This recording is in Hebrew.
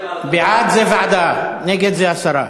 בעד זה ועדה, נגד, זה הסרה.